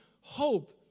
hope